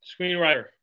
screenwriter